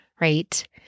right